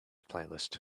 playlist